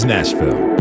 Nashville